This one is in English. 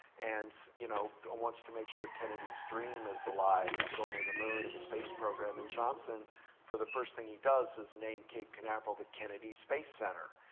and you know and wants to make sure kennedy's dream is alive of going to the moon and the space program. and johnson for the first thing he does is name cape canaveral the kennedy space center.